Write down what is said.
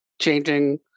changing